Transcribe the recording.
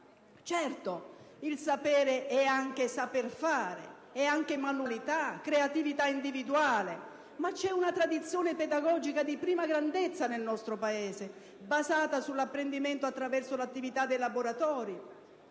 Certo: il sapere è anche saper fare, manualità, creatività individuale, ma c'è una tradizione pedagogica di prima grandezza nel nostro Paese basata sull'apprendimento attraverso l'attività dei laboratori.